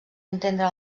entendre